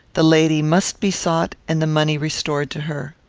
the lady must be sought and the money restored to her.